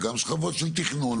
וגם שכבות של תכנון,